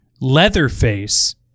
Leatherface